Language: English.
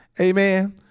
Amen